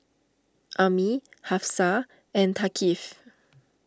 Ummi Hafsa and Thaqif